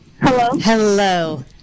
Hello